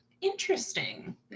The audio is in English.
Interesting